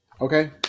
Okay